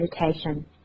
Meditation